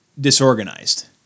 disorganized